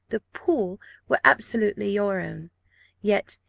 the pool were absolutely your own yet,